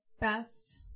best